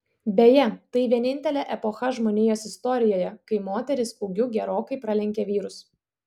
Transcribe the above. beje tai vienintelė epocha žmonijos istorijoje kai moterys ūgiu gerokai pralenkė vyrus